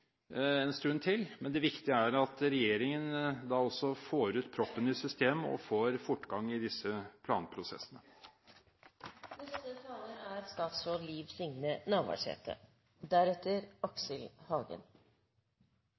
en stund til, men det viktige er at regjeringen får ut proppen i systemet og får fortgang i disse planprosessene. Det er